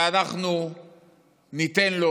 שאנחנו ניתן לו,